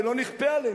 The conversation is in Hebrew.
ולא נכפה עליהם,